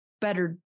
better